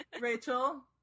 rachel